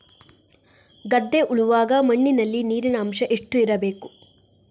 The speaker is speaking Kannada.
ಗದ್ದೆ ಉಳುವಾಗ ಮಣ್ಣಿನಲ್ಲಿ ನೀರಿನ ಅಂಶ ಎಷ್ಟು ಇರಬೇಕು?